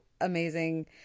amazing